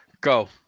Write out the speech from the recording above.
Go